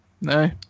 No